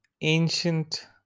ancient